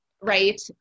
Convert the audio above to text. right